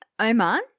Oman